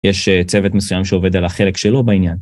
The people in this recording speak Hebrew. יש צוות מסוים שעובד על החלק שלו בעניין.